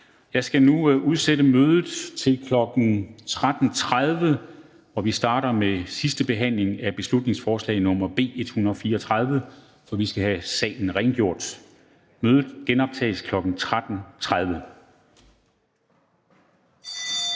Jeg skal nu udsætte mødet til kl. 13.30, hvor vi starter med sidste behandling af beslutningsforslag nr. B 134. Vi skal have salen rengjort. Mødet genoptages kl. 13.30.